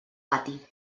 pati